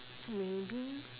maybe